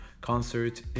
concert